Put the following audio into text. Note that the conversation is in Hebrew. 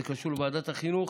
זה קשור לוועדת החינוך,